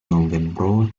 novembro